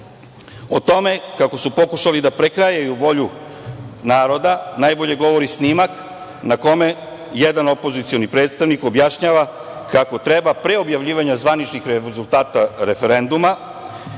tome kako su pokušali da prekrajaju volju naroda najbolje govori snimak na kome jedan opozicioni predstavnik objašnjava kako treba pre objavljivanja zvaničnih rezultata referenduma